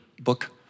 book